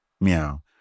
meow